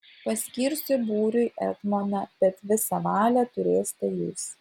paskirsiu būriui etmoną bet visą valią turėsite jūs